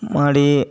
ಮಾಡಿ